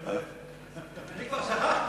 אני כבר שכחתי.